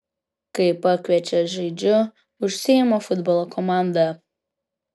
kai pakviečia žaidžiu už seimo futbolo komandą